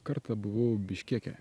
kartą buvau biškeke